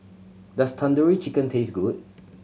does Tandoori Chicken taste good